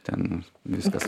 ten viskas